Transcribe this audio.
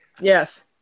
Yes